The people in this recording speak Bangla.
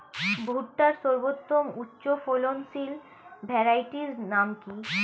ভুট্টার সর্বোত্তম উচ্চফলনশীল ভ্যারাইটির নাম কি?